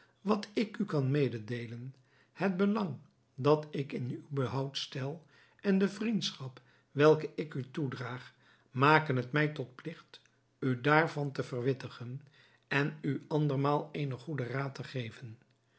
wat ik u kan mededeelen het belang dat ik in uw behoud stel en de vriendschap welke ik u toedraag maken het mij tot pligt u daarvan te verwittigen en u andermaal eenen goeden raad te geven